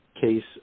case